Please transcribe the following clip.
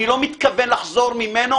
אני לא מתכוון לחזור ממנו,